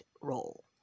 role